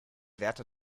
wärter